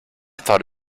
thought